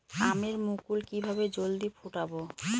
আমের মুকুল কিভাবে জলদি ফুটাব?